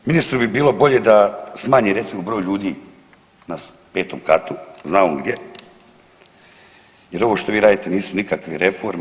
Ministru bi bilo bolje da smanji recimo broj ljudi na petom katu, zna on gdje, jer ovo što vi radite nisu nikakve reforme.